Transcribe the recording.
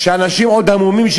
שאנשים עוד המומים,